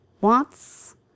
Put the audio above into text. wants